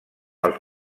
els